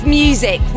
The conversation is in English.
music